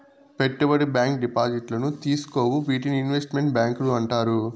పెట్టుబడి బ్యాంకు డిపాజిట్లను తీసుకోవు వీటినే ఇన్వెస్ట్ మెంట్ బ్యాంకులు అంటారు